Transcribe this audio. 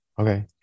Okay